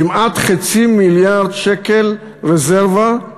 כמעט חצי מיליארד שקל רזרבה,